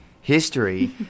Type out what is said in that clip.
history